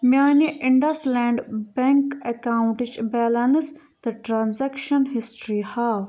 میٛانہِ IndusInd bank اٮ۪کاوُنٛٹٕچ balance تہٕ ٹرٛانزٮ۪کشَن ہِسٹِرٛی ہاو